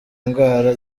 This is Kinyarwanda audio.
indwara